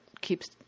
keeps